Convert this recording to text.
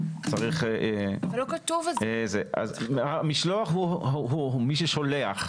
אז המשלוח הוא מי ששולח.